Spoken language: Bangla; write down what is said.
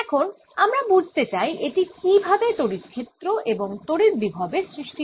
এখন আমরা বুঝতে চাই এটি কীভাবে তড়িৎ ক্ষেত্র এবং তড়িৎ বিভবের সৃষ্টি করে